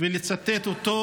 ולצטט אותו,